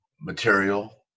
material